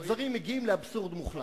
הדברים מגיעים לאבסורד מוחלט.